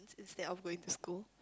instead of going to school